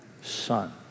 son